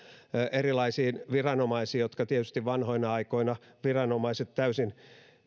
erilaisiin viranomaisiin jotka viranomaiset ja hallitsijat tietysti vanhoina aikoina täysin